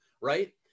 right